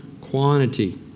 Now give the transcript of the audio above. quantity